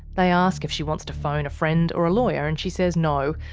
they ask if she wants to phone a friend or a lawyer and she says no,